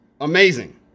Amazing